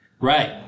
Right